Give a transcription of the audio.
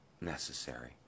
necessary